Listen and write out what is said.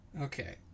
okay